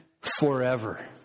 forever